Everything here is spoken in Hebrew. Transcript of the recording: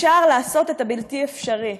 אפשר לעשות את הבלתי-אפשרי,